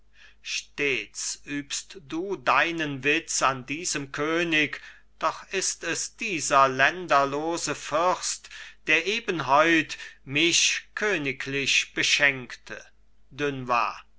stets übst du deinen witz an diesem könig doch ist es dieser länderlose fürst der eben heut mich königlich beschenkte dunois